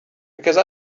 because